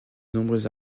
nombreux